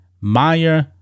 Maya